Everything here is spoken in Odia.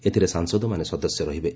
ଏଥିରେ ସାଂସଦମାନେ ସଦସ୍ୟ ରହିବେ